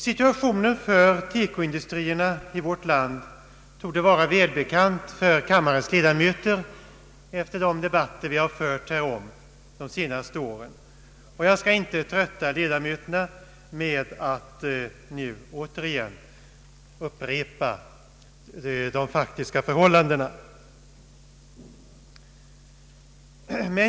Situationen för TEKO-industrierna i vårt land torde vara välbekant för kammarens ledamöter efter de debatter vi fört härom de senaste åren. Jag skall inte trötta ledamöterna med att upprepa de faktiska förhållandena.